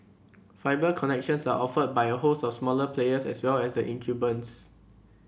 fibre connections are offered by a host of smaller players as well as the incumbents